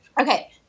okay